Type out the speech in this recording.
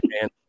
Man